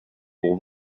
pour